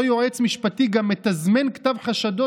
אותו יועץ משפטי גם מתזמן כתב חשדות